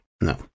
no